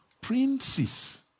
princes